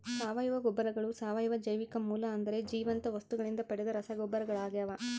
ಸಾವಯವ ಗೊಬ್ಬರಗಳು ಸಾವಯವ ಜೈವಿಕ ಮೂಲ ಅಂದರೆ ಜೀವಂತ ವಸ್ತುಗಳಿಂದ ಪಡೆದ ರಸಗೊಬ್ಬರಗಳಾಗ್ಯವ